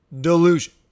delusion